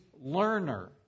learner